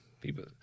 people